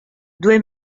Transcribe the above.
due